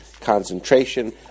concentration